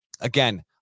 Again